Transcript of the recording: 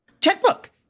checkbook